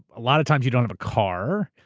a lot of times you don't have a car.